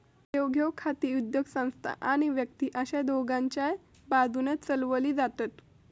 देवघेव खाती उद्योगसंस्था आणि व्यक्ती अशी दोघांच्याय बाजून चलवली जातत